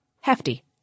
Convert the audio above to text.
hefty